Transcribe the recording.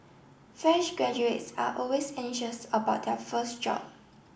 fresh graduates are always anxious about their first job